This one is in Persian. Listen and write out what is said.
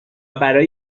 برای